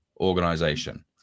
organization